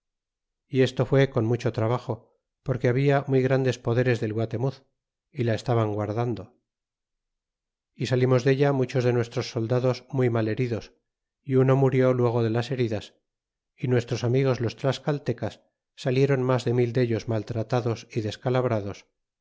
y esto fué con mucho trabajo porque habla muy grandes poderes del guatemuz y la estaban guardando y salimos della muchos de nuestros soldados muy mal heridos é uno murió luego de las heridas y nuestros amigos los tlascaltecas salieron mas de mil dellos maltratados y descalabrados